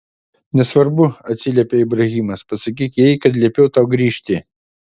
nesvarbu atsiliepė ibrahimas pasakyk jai kad liepiau tau grįžti